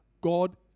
God